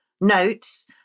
notes